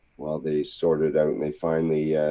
while they sorted out and they finally.